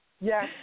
Yes